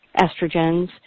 estrogens